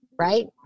Right